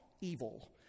evil